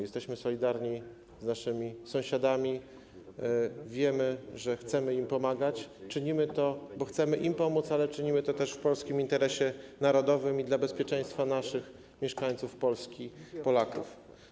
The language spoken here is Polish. Jesteśmy solidarni z naszymi sąsiadami, wiemy, że chcemy im pomagać, czynimy to, bo chcemy im pomóc, ale czynimy to też w polskim interesie narodowym i dla bezpieczeństwa naszych mieszkańców, Polski, Polaków.